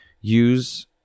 use